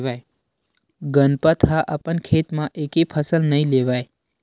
गनपत ह अपन खेत म एके फसल नइ लेवय